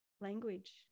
language